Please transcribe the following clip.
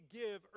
give